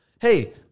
Hey